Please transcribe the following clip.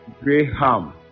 Graham